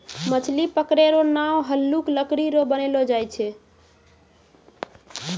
मछली पकड़ै रो नांव हल्लुक लकड़ी रो बनैलो जाय छै